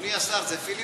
אדוני השר, זה פיליבסטר?